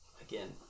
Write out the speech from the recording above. again